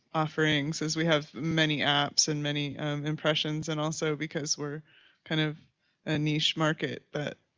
offering since we have many apps and many impressions. and also because we're kind of a niche market but,